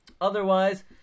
Otherwise